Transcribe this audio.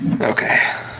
okay